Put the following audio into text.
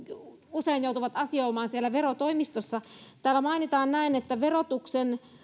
usein joutuvat asioimaan verotoimistossa täällä mainitaan että verotuksen